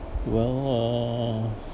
well uh